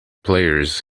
players